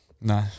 No